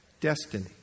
destiny